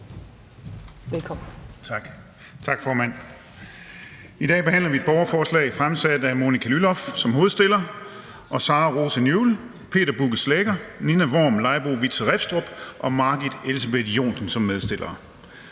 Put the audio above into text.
Gejl (ALT): Tak, formand. I dag behandler vi et borgerforslag fremsat af Monica Lylloff som hovedstiller og Sara Rose Newell, Peter Bugge Schlæger, Nina Worm Leibowitz Reffstrup og Margit Elsebeth Jonsson som medstillere.